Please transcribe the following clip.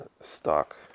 stock